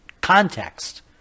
context